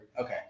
Okay